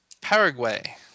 Paraguay